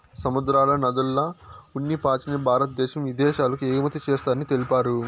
సముద్రాల, నదుల్ల ఉన్ని పాచిని భారద్దేశం ఇదేశాలకు ఎగుమతి చేస్తారని తెలిపారు